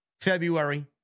February